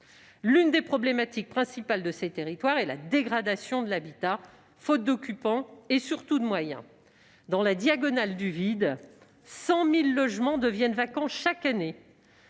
L'une des problématiques principales de ces territoires est la dégradation de l'habitat, faute d'occupants et surtout de moyens. Dans la « diagonale du vide », 100 000 logements deviennent vacants chaque année.